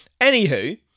anywho